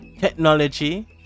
technology